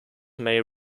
may